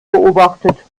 beobachtet